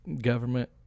government